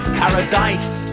paradise